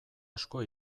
asko